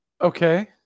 okay